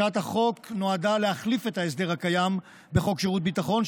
הצעת החוק נועדה להחליף את ההסדר הקיים בחוק שירות ביטחון,